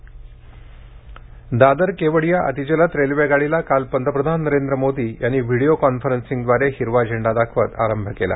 दादर केवडिया दादर केवडिया अतिजलद रेल्वे गाडीला काल पंतप्रधान नरेंद्र मोदी यांनी व्हिडिओ कॉन्फरनसिंगद्वारे हिरवा झेंडा दाखवत आरंभ केला